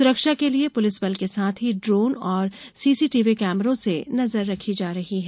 सुरक्षा के लिये पुलिस बल के साथ ही ड्रोन और सीसी टीवी कैमरों से नजर रखी जा रही है